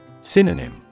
Synonym